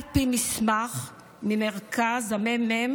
על פי מסמך של הממ"מ,